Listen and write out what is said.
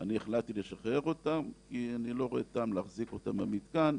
אני החלטתי לשחרר אותם כי אני לא רואה טעם להחזיק אותם במתקן,